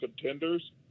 contenders